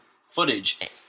footage